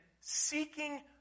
seeking